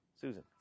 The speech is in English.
Susan